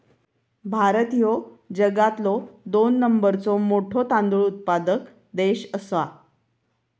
भारत ह्यो जगातलो दोन नंबरचो मोठो तांदूळ उत्पादक देश आसा